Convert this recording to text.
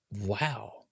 wow